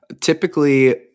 Typically